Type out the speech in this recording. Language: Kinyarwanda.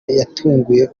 yatunguye